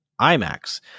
IMAX